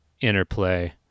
interplay